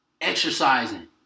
exercising